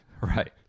Right